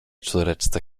córeczce